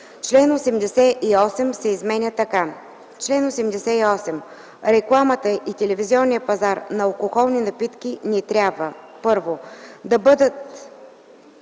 Член 88 се изменя така: „Чл. 88. Рекламата и телевизионният пазар за алкохолни напитки не трябва: 1. да бъдат